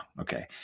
Okay